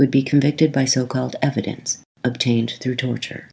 would be convicted by so called evidence obtained through torture